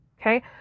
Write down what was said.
Okay